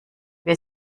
wer